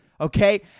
Okay